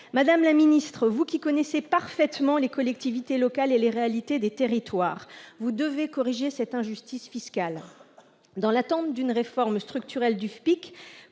Madame la ministre, vous qui connaissez parfaitement les collectivités locales et les réalités des territoires, vous devez corriger cette injustice fiscale ! Dans l'attente d'une réforme structurelle du FPIC,